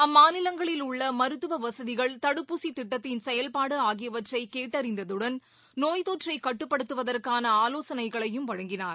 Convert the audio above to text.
அம்மாநிலங்களில் உள்ள மருத்துவ வசதிகள் தடுப்பூசி திட்டத்தின் செயல்பாடு ஆகியவற்றை கேட்டறிந்ததுடன் நோய் தொற்றை கட்டுப்படுத்துவதற்கான ஆலோசனைகளையும் அவர் வழங்கினார்